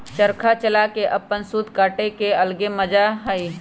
चरखा चला के अपन सूत काटे के अलगे मजा हई